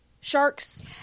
Sharks